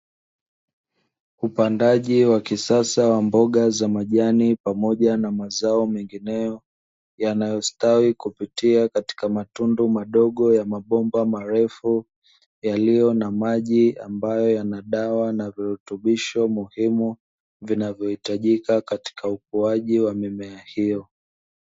Upandaji wa kisasa wa mboga za majani pamoja na mazao mengineyo, yanayostawi kupitia katika matundu madogo ya mabomba marefu yaliyo na maji ambayo yana dawa na virutubisho muhimu vinavyohitajika katika ukuaji wa mimea hiyo.